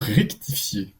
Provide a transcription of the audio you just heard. rectifié